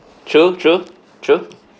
true true true